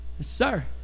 Sir